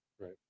Right